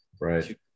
right